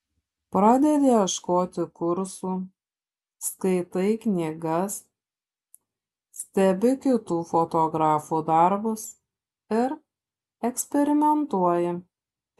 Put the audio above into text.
pradedi ieškoti kursų skaitai knygas stebi kitų fotografų darbus ir eksperimentuoji